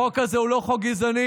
החוק הזה הוא לא חוק גזעני,